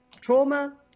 trauma